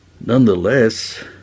Nonetheless